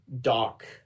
dock